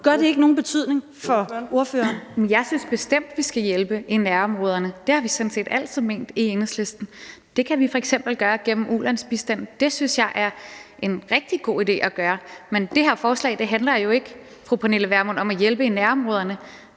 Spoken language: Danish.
Ordføreren. Kl. 15:37 Rosa Lund (EL): Jeg synes bestemt, vi skal hjælpe i nærområderne, og det har vi sådan set altid ment i Enhedslisten. Det kan vi f.eks. gøre gennem ulandsbistanden – det synes jeg vil være en rigtig god idé. Men det her forslag handler jo ikke om at hjælpe i nærområderne,